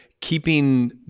keeping